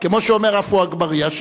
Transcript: כמו שאומר עפו אגבאריה,